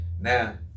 now